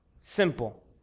Simple